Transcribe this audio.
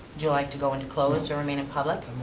you like to go into closed or remain in public?